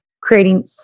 creating